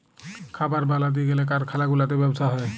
খাবার বালাতে গ্যালে কারখালা গুলাতে ব্যবসা হ্যয়